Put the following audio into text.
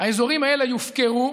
האזורים האלה יופקרו.